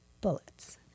bullets